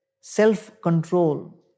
self-control